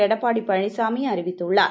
எடப்பாடி பழனிசாமி அறிவித்துள்ளார்